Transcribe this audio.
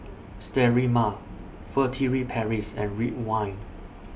Sterimar Furtere Paris and Ridwind